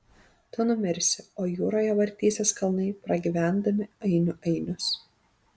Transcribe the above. tu numirsi o jūroje vartysis kalnai pragyvendami ainių ainius